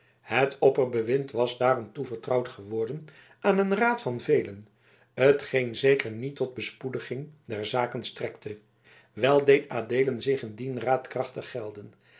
het opperbewind was daarom toevertrouwd geworden aan een raad van velen t geen zeker niet tot bespoediging der zaken strekte wel deed adeelen zich in dien raad krachtig gelden